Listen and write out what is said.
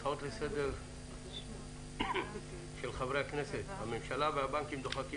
הצעות לסדר של חברי הכנסת: הממשלה והבנקים דוחקים